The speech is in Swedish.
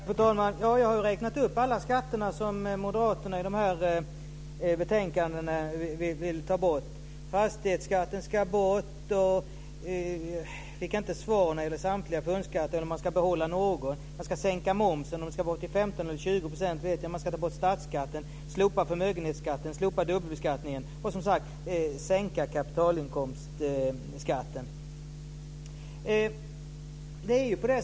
Fru talman! Jag har räknat upp alla skatter som Moderaterna vill ta bort i de här betänkandena. Fastighetsskatten ska bort. Jag fick inte svar om det gäller samtliga punktskatter eller om man ska behålla någon. Man ska sänka momsen - om det ska vara till 15 eller 20 % vet jag inte. Man ska ta bort statsskatten, slopa förmögenhetsskatten, slopa dubbelbeskattningen och sänka kapitalinkomstskatten.